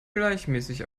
gleichmäßig